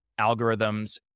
algorithms